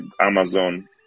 Amazon